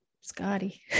Scotty